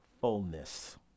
fullness